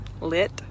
Lit